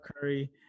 Curry